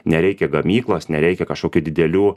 nereikia gamyklos nereikia kažkokių didelių